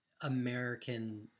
American